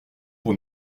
pour